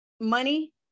money